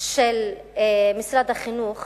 של משרד החינוך